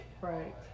Right